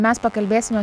mes pakalbėsime